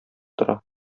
тора